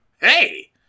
Hey